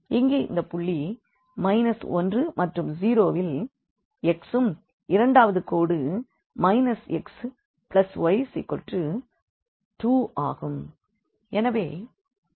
இங்கே இந்தப் புள்ளி 1 மற்றும் 0 வில் x ம் இரண்டாவது கோடு xy2 ம் ஆகும்